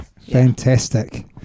Fantastic